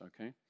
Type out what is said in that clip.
okay